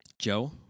Joe